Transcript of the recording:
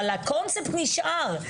אבל הקונספט נשאר.